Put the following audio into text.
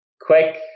quick